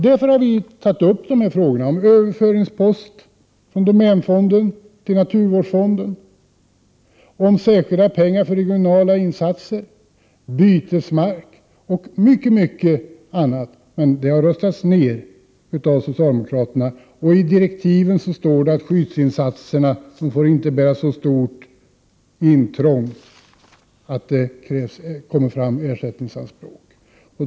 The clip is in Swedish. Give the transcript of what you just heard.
Därför har vi tagit upp frågorna om överföringspost från domänfonden till naturvårdsfonden, om särskilda pengar för regionala insatser, om bytesmark och mycket mycket annat, men de förslagen har röstats ned av socialdemokraterna. Och i direktiven står det att skyddsinsatserna inte får innebära så stort intrång att det uppstår ersättningsanspråk.